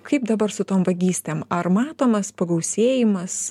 kaip dabar su tom vagystėm ar matomas pagausėjimas